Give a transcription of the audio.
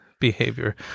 behavior